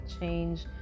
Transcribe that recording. change